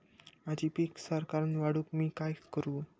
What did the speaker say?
माझी पीक सराक्कन वाढूक मी काय करू?